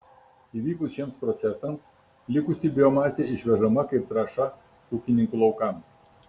įvykus šiems procesams likusi biomasė išvežama kaip trąša ūkininkų laukams